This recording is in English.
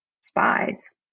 spies